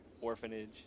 Orphanage